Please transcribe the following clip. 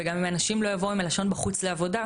וגם אם אנשים לא יבואו עם הלשון בחוץ לעבודה,